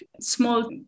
small